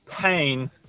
pain